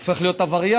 הופך להיות עבריין,